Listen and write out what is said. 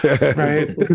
right